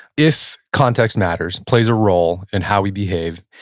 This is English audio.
if context matters, plays a role in how we behave,